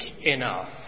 enough